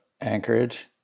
Anchorage